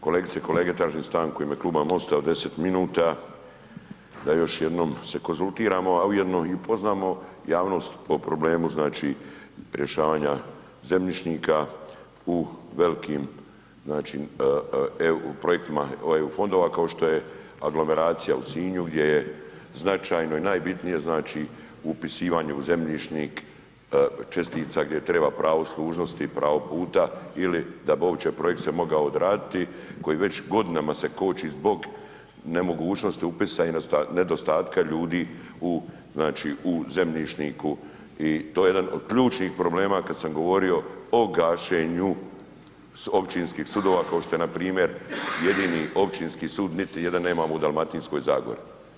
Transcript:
Kolegice i kolege, tražim stanku u ime Kluba MOST-a od 10 minuta da još jednom se konzultiramo, a ujedno i upoznamo javnost o problemu znači rješavanja zemljišnika u velikim projektima EU fondova, kao što je aglomeracija u Sinju, gdje je značajno i najbitnije znači upisivanje u zemljišnik čestica gdje treba pravo služnosti i pravo puta ili da bi uopće projekt se mogao odraditi koji već godinama se koči zbog nemogućnosti upisa i nedostatka ljudi u znači u zemljišniku i to je jedan od ključnih problema kad sam govorio o gašenju općinskih sudova, kao što je npr. jedini općinski sud, niti jedan nemamo u Dalmatinskoj Zagori.